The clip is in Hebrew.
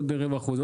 עוד רבע אחוז,